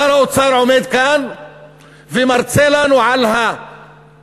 שר האוצר עומד כאן ומרצה לנו על המשבר,